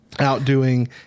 outdoing